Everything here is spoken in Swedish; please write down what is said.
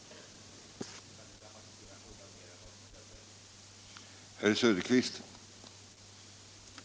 Vi skall inte dramatisera frågan mer än vad som är nödvändigt.